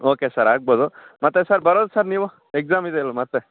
okay sir ಆಗ್ಬೋದು ಮತ್ತು sir ಬರೋದು ಸರ್ ನೀವು ಎಕ್ಸಾಮ್ ಇದ್ಯಲ್ಲಾ ಮತ್ತೆ